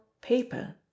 paper